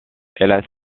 hélas